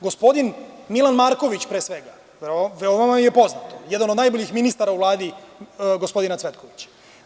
Gospodin Milan Marković, pre svega, veoma vam je poznato, jedan od najboljih ministara u Vladi gospodina Cvetkovića.